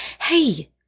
hey